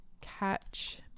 Catch